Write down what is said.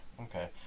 okay